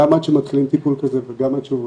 גם עד שמתחילים טיפול כזה וגם עד שהוא עוזר.